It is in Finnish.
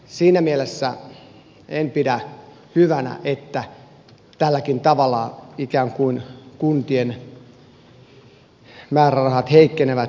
siinä mielessä en pidä hyvänä että tälläkin tavalla ikään kuin kuntien määrärahat heikkenevät